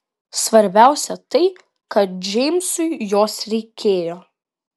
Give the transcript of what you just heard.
svarbiausia tai kad džeimsui jos reikėjo